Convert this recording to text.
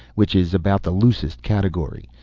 which is about the loosest category.